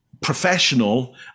professional